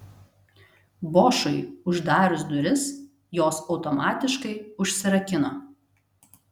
bošui uždarius duris jos automatiškai užsirakino